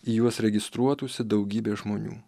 į juos registruotųsi daugybė žmonių